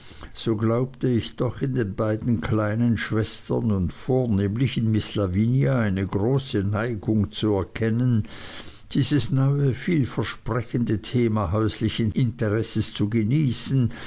so glaubte ich doch in den beiden kleinen schwestern und vornehmlich in miß lavinia eine große neigung zu erkennen dieses neue vielversprechende thema häuslichen interesses zu genießen